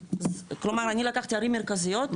כלומר אני לקחתי ערים מרכזיות,